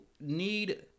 need